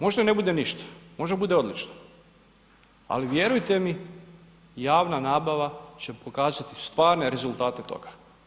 Možda ne bude ništa, možda bude odlično, ali vjerujte mi javna nabava će pokazati stvarne rezultate toga.